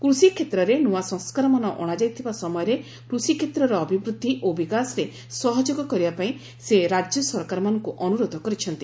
କୃଷି କ୍ଷେତ୍ରରେ ନୂଆ ସଂସ୍କାରମାନ ଅଣାଯାଇଥିବା ସମୟରେ କୃଷି କ୍ଷେତ୍ରର ଅଭିବୃଦ୍ଧି ଓ ବିକାଶରେ ସହଯୋଗ କରିବା ପାଇଁ ସେ ରାଜ୍ୟ ସରକାରମାନଙ୍କୁ ଅନୁରୋଧ କରିଛନ୍ତି